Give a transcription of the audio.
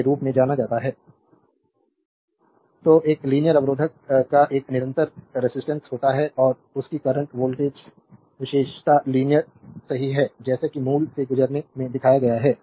slide time देखें 1740 तो एक लीनियर अवरोधक का एक निरंतर रेजिस्टेंस होता है और इसकी करंट वोल्टेज विशेषता लीनियर सही है जैसा कि मूल से गुजरने में दिखाया गया है